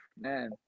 man